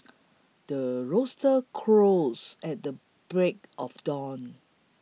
the rooster crows at the break of dawn